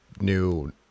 new